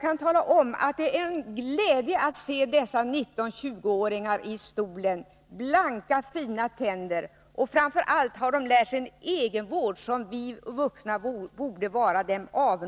kan tala om att det är en glädje att se dessa Förlängd reglering 19-20-åringar i stolen, med blanka fina tänder. Framför allt har de lärt sigen gy anslutning av egenvård som vi vuxna borde avundas dem.